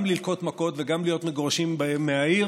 גם ללקות במלקות וגם להיות מגורשים מהעיר,